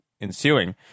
ensuing